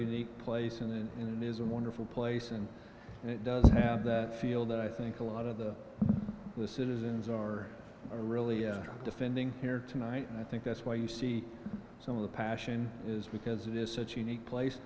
unique place and is a wonderful place and it does have that feel that i think a lot of the citizens are really defending here tonight and i think that's why you see some of the passion is because it is such a unique place